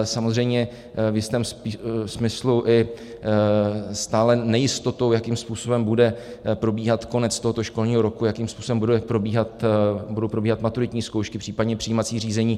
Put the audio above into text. Samozřejmě v jistém smyslu i stále nejistotou, jakým způsobem bude probíhat konec tohoto školního roku, jakým způsobem budou probíhat maturitní zkoušky, případně přijímací řízení.